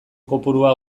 kopurua